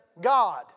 God